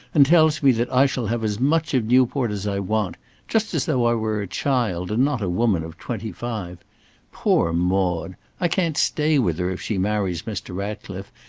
and tells me that i shall have as much of newport as i want just as though i were a child, and not a woman of twenty-five. poor maude! i can't stay with her if she marries mr. ratcliffe,